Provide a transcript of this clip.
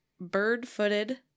bird-footed